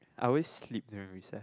I always sleep during recess